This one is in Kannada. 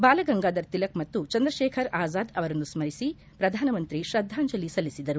ಬಾಲಾಗಂಗಾಧರ್ ತಿಲಕ್ ಮತ್ತು ಚಂದ್ರಶೇಖರ್ ಆಜಾದ್ ಅವರನ್ನು ಸ್ಲರಿಸಿ ಪ್ರಧಾನಮಂತ್ರಿ ಶ್ರದ್ದಾಂಜಲಿ ಸಲ್ಲಿಸಿದರು